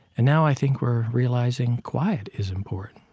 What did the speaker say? and now i think we're realizing quiet is important,